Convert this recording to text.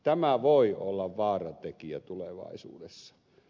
tämä voi olla vaaratekijä tulevaisuudessa